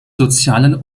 sozialen